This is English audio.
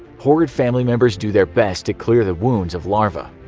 horrified family members do their best to clear the wounds of larvae.